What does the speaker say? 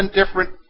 different